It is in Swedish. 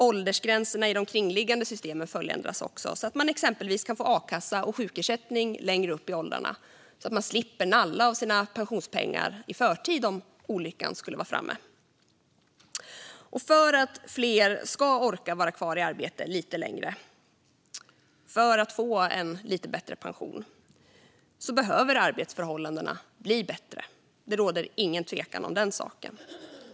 Åldersgränserna i de kringliggande systemen följdändras också. Exempelvis kan man få a-kassa och sjukersättning längre upp i åldrarna så att man slipper nalla av sina pensionspengar i förtid om olyckan skulle vara framme. För att fler ska orka vara kvar i arbete lite längre för att få en lite bättre pension behöver arbetsförhållandena bli bättre. Det råder inget tvivel om den saken.